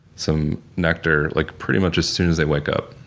some nectar like pretty much as soon as they wake up.